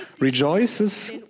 rejoices